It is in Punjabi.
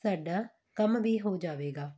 ਸਾਡਾ ਕੰਮ ਵੀ ਹੋ ਜਾਵੇਗਾ